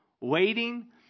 waiting